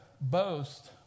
boast